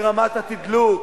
ברמת התדלוק.